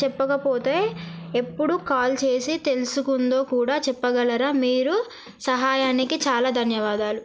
చెప్పకపోతే ఎప్పుడు కాల్ చేసి తెలుసుకుందో కూడా చెప్పగలరా మీరు సహాయానికి చాలా ధన్యవాదాలు